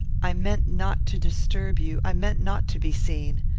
i meant not to disturb you i meant not to be seen.